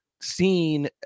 seen